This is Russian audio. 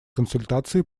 консультации